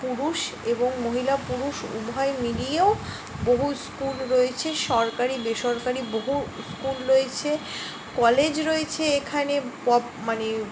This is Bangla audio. পুরুষ এবং মহিলা পুরুষ উভয় মিলিয়েও বহু স্কুল রয়েছে সরকারি বেসরকারি বহু স্কুল রয়েছে কলেজ রয়েছে এখানে মানে